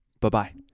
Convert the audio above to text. Bye-bye